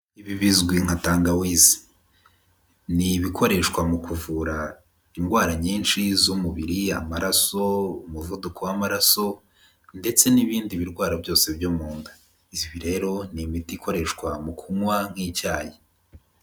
Ibi bizwi nka tangawizi. Ni ibikoreshwa mu kuvura indwara nyinshi z'umubiri, amaraso, umuvuduko w'amaraso ndetse n'ibindi birwara byose byo mu nda. Ibi rero ni imiti ikoreshwa mu kunywa nk'icyayi.